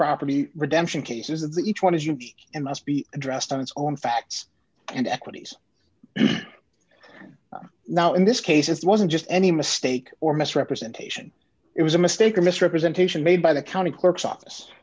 property redemption cases that each one is unique and must be addressed on its own facts and equities now in this case it wasn't just any mistake or misrepresentation it was a mistake a misrepresentation made by the county clerk's office